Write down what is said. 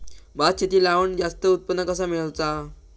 भात शेती लावण जास्त उत्पन्न कसा मेळवचा?